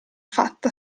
fatta